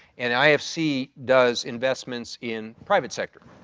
and ifc does investments in private sector.